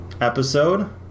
episode